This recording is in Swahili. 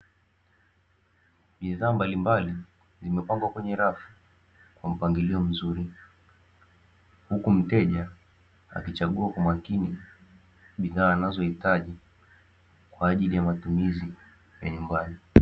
Bidhaa mbalimbali zimepangwa kwenye rafi kwa mpangilio mzuri, huku mteja akichagua kwa makini bidhaa anazohitaji kwa ajili ya matumizi ya nyumbani.